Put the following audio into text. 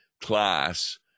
class